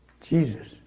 Jesus